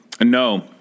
no